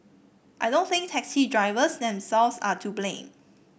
I don't think taxi drivers themselves are to blame